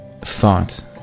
thought